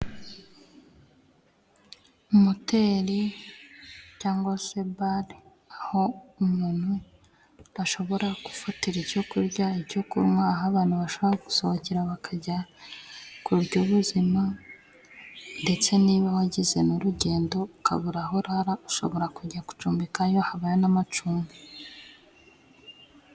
Moteri cyangwa se bare aho umuntu ashobora, gufatira icyo kurya, icyo kunywa aho abantu bashobora gusohokera bakajya kurya ubuzima. Ndetse niba wagize n'urugendo ukabura aho urara, ushobora kujya gucumbikayo habayo n'amacumbi.